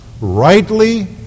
rightly